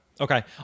okay